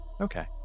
Okay